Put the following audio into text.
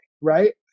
Right